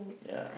ya